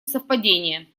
совпадение